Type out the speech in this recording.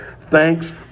Thanks